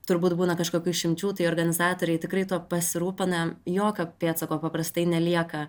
turbūt būna kažkokių išimčių tai organizatoriai tikrai tuo pasirūpina jokio pėdsako paprastai nelieka